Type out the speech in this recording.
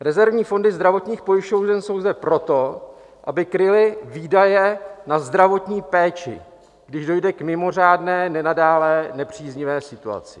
Rezervní fondy zdravotních pojišťoven jsou zde proto, aby kryly výdaje na zdravotní péči, když dojde k mimořádné nenadálé nepříznivé situaci.